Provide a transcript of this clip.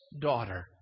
daughter